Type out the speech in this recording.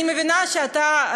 אני מבינה שאתה,